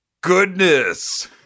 goodness